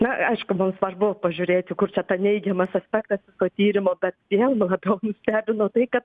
na aišku mum svarbu pažiūrėti kur čia ta neigiamas aspektas to tyrimo bet vėl nu labiau nustebino tai kad